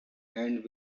and